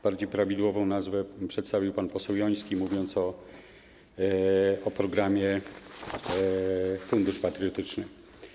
Bardziej prawidłową nazwę przedstawił pan poseł Joński, mówiąc o programie Fundusz Patriotyczny.